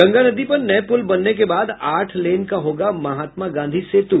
गंगा नदी पर नये पुल बनने के बाद आठ लेन का होगा महात्मा गांधी सेतु